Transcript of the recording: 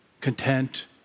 content